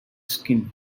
skin